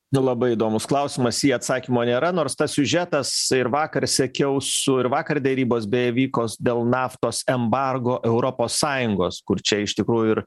nu labai įdomus klausimas į jį atsakymo nėra nors tas siužetas ir vakar sekiau su ir vakar derybos beja vyko dėl naftos embargo europos sąjungos kur čia iš tikrųjų ir